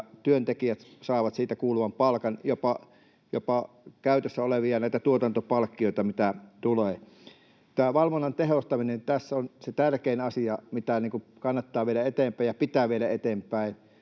työntekijät saavat heille kuuluvan palkan, jopa näitä käytössä olevia tuotantopalkkioita, mitä tulee. Tämä valvonnan tehostaminen on se tärkein asia, mitä kannattaa viedä eteenpäin ja pitää viedä eteenpäin,